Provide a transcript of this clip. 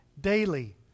daily